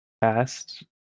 past